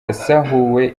yasahuwe